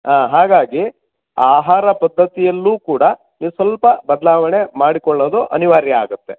ಹಾಂ ಹಾಗಾಗಿ ಆಹಾರ ಪದ್ದತಿಯಲ್ಲೂ ಕೂಡ ಸ್ವಲ್ಪ ಬದಲಾವಣೆ ಮಾಡಿಕೊಳ್ಳೋದು ಅನಿವಾರ್ಯ ಆಗುತ್ತೆ